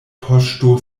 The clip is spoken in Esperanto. poŝto